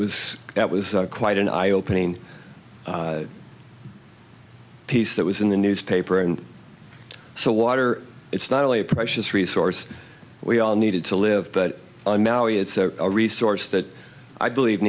was that was quite an eye opening piece that was in the newspaper and so water it's not only a precious resource we all needed to live but i'm now it's a resource that i believe